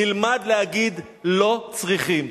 נלמד להגיד: לא צריכים.